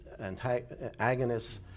agonists